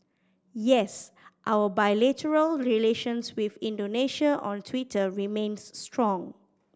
yes our bilateral relations with Indonesia on Twitter remains strong